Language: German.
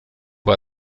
war